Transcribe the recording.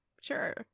Sure